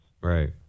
right